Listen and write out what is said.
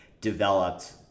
developed